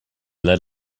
let